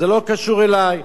זה לא קשור אלי.